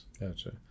Gotcha